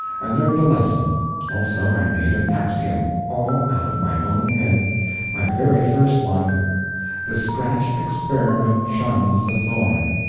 i learned a lesson also i made an axiom, all out of my own head my very first one the scratched experiment shuns the thorn.